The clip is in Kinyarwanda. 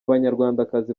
banyarwandakazi